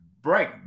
break